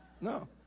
no